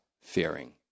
fearing